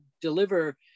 deliver